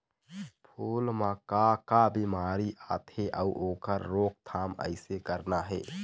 फूल म का का बिमारी आथे अउ ओखर रोकथाम कइसे करना हे?